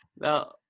No